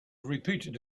repeated